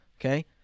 Okay